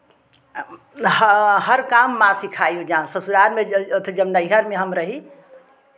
हर काम माँ सिखाई जाँ ससुरार में ओथि जब नैहर में हम रही